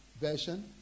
version